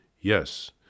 Yes